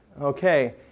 Okay